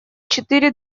четыре